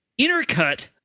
intercut